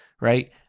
right